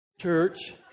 Church